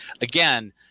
again